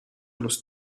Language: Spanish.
los